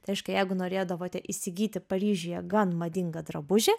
tai reiškia jeigu norėdavote įsigyti paryžiuje gan madingą drabužį